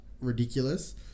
ridiculous